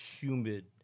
humid